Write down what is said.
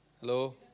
Hello